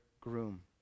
groom